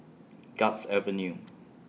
Guards Avenue